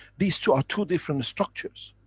these two are two different structures.